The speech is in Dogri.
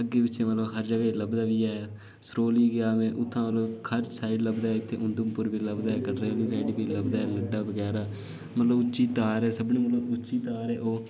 अग्गें पिच्छें मतलब हर जगह लभदी बी ऐ सरमोली गेआ में उत्थुआं खल्ल साईड लभदा ऐ उधमपुर बी लभदा ऐ कटरे आह्ली साईड बी लभदी ऐ लड्डा बगैरा मतलब कि उच्ची धार ऐ मतलब सभनें कोला उच्ची धार ऐ ओह्